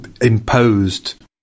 imposed